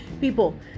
People